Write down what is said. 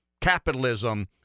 capitalism